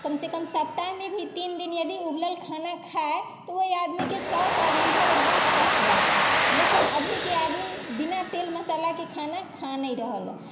कम से कम सप्ताहमे भी तीन दिन यदि उबलल खाना खाइ तऽ ओहि आदमीके स्वास्थ्य आ लीवर एकदम स्वस्थ रहतै लेकिन अभीके आदमी बिना तेल मसालाके खाना खा नहि रहल हइ